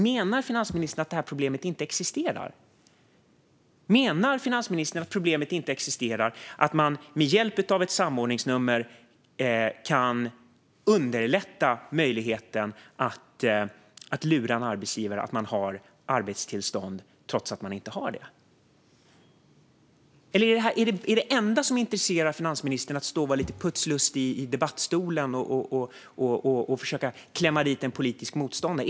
Menar finansministern att problemet inte existerar med att man med hjälp av ett samordningsnummer kan underlätta möjligheten att lura en arbetsgivare att man har arbetstillstånd trots att man inte har det? Är det enda som intresserar finansministern att stå och vara lite putslustig i talarstolen och försöka klämma dit en politisk motståndare?